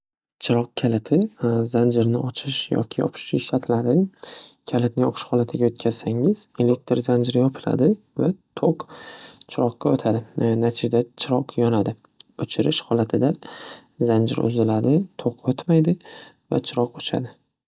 Chiroq kaliti zanjirni ochish yoki yopish uchun ishlatiladi. Kalitni yoqish holatiga o'tkazsangiz elektr zanjiri yopiladi va to'k chiroqqa o'tadi. Natijada chiroq yonadi. O'chirish holatida zanjir uziladi, to'k o'tmaydi va chiroq o'chadi.